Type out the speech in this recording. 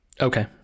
Okay